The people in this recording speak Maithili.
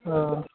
अऽ